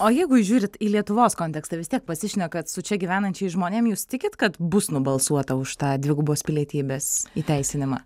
o jeigu žiūrit į lietuvos kontekstą vis tiek pasišnekat su čia gyvenančiais žmonėm jūs tikit kad bus nubalsuota už tą dvigubos pilietybės įteisinimą